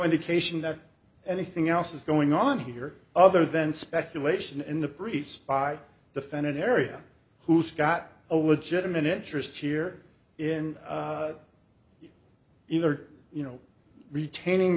indication that anything else is going on here other than speculation in the briefs by the fenton area who's got a legitimate interest here in either you know retaining